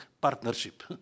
partnership